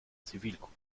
zivilcourage